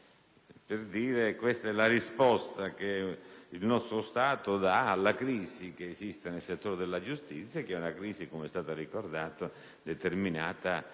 che si tratta della risposta che il nostro Stato dà alla crisi - che esiste - del settore della giustizia e che, com'è stato ricordato, è determinata